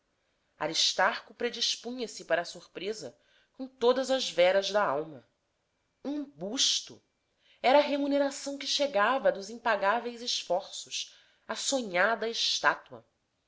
de bronze aristarco predispunha se para a surpresa com todas as veras da alma um basto era a remuneração que chegava dos impagáveis esforços a sonhada estátua